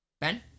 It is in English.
Ben